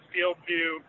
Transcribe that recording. FieldView